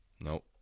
Nope